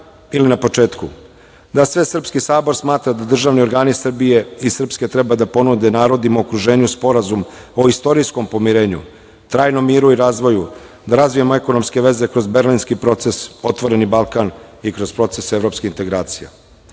ili na početku, da Svesrpski sabor smatra da državni organi Srbije i Srpske treba da ponude narodima u okruženju sporazum o istorijskom pomirenju, trajnom miru i razvoju, da razvijemo ekonomske veze kroz Berlinski proces, Otvoreni Balkan i kroz proces evropskih integracija. Na